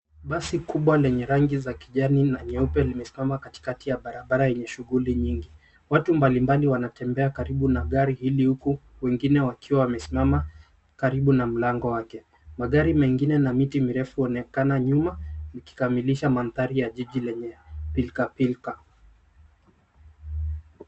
Basi kubwa lenye rangi za kijani na nyeupe limesimama katikati ya barabara yenye shuguuli nyingi. Watu mbalimbali wanatembea karibu na gari hili huku wengine wakiwa wamesimama karibu na mlango wake. Magari mengine na miti mirefu huonekana nyuma ikikamilisha mandhari ya jiji yenye pilkapilka.